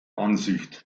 ansicht